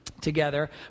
together